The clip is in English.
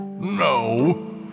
No